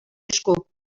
esku